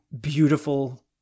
beautiful